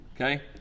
okay